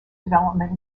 development